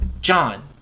john